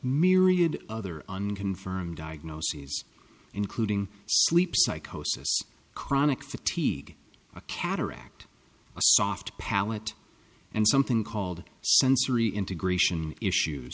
myriad other unconfirmed diagnoses including sleep psychosis chronic fatigue a cataract a soft palate and something called sensory integration issues